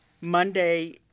Monday